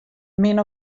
min